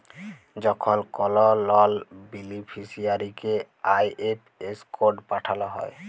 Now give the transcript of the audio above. যখল কল লল বেলিফিসিয়ারিকে আই.এফ.এস কড পাঠাল হ্যয়